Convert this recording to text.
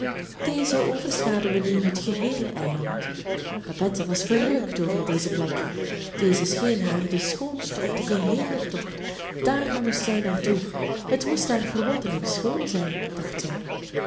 deze overschaduwen nu het geheele eiland babette was verrukt over deze plek deze scheen haar de schoonste op den geheelen tocht daar moest zij naar toe het moest daar verwonderlijk schoon zijn dacht zij